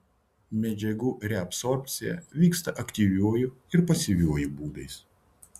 medžiagų reabsorbcija vyksta aktyviuoju ir pasyviuoju būdais